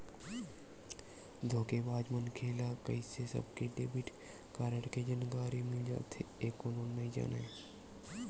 धोखेबाज मनखे ल कइसे सबके डेबिट कारड के जानकारी मिल जाथे ए कोनो नइ जानय